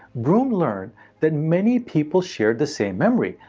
broome learned that many people shared the same memory,